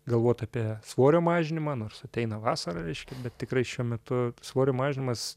galvot apie svorio mažinimą nors ateina vasara reiškia bet tikrai šiuo metu svorio mažinimas